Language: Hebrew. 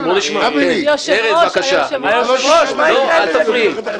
היושב-ראש, היושב-ראש --- אל תפריעי.